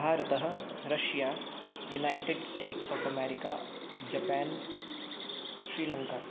भारतम् Russia United States of America Japan Sri Lanka